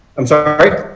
i'm sorry?